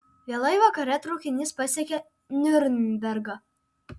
vėlai vakare traukinys pasiekia niurnbergą